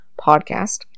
podcast